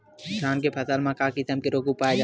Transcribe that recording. धान के फसल म के किसम के रोग पाय जाथे?